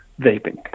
vaping